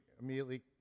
immediately